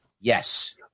yes